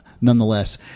nonetheless